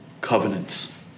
covenants